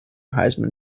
heisman